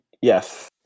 Yes